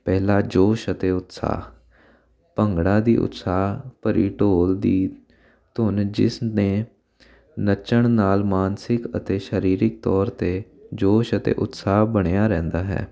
ਪਹਿਲਾ ਜੋਸ਼ ਅਤੇ ਉਤਸਾਹ ਭੰਗੜਾ ਦੀ ਉਤਸਾਹ ਭਰੀ ਢੋਲ ਦੀ ਧੁਨ ਜਿਸ ਨੇ ਨੱਚਣ ਨਾਲ ਮਾਨਸਿਕ ਅਤੇ ਸਰੀਰਕ ਤੌਰ 'ਤੇ ਜੋਸ਼ ਅਤੇ ਉਤਸਾਹ ਬਣਿਆ ਰਹਿੰਦਾ ਹੈ